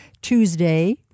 Tuesday